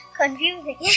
confusing